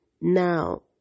Now